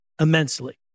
immensely